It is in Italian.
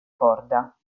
corda